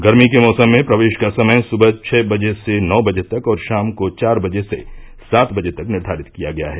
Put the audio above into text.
गर्मी के मौसम में प्रवेश का समय सुबह छः बजे से नौ बजे तक और शाम को चार बजे से सात बजे तक निर्धारित है